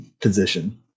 position